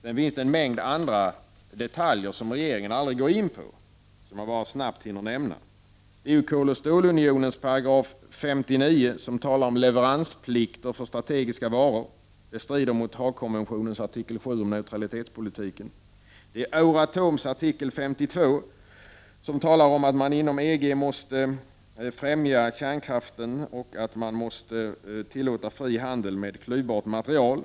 Det finns också en mängd andra detaljer som regeringen aldrig går in på, som jag bara snabbt hinner nämna. Koloch stålunionens 59 §, där det talas om leveransplikt för strategiska varor, strider mot Haagkonventionens artikel 7 om neutralitetspolitiken. I Euratoms artikel 52 talas om att man inom EG måste främja kärnkraften och tillåta fri handel med klyvbart material.